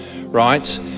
right